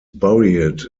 buried